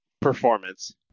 performance